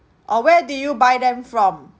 uh where do you buy them from